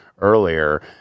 earlier